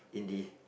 indie